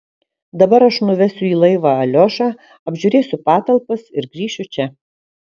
dabar aš nuvesiu į laivą aliošą apžiūrėsiu patalpas ir grįšiu čia